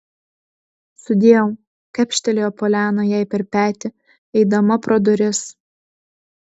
sudieu kepštelėjo poliana jai per petį eidama pro duris